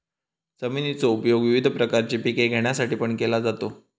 जमिनीचो उपयोग विविध प्रकारची पिके घेण्यासाठीपण केलो जाता